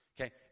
Okay